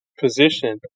position